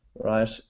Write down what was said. right